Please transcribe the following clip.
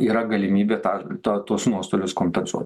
yra galimybė tą tą tuos nuostolius kompensuot